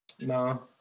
No